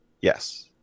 yes